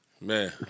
Man